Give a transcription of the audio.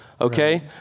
okay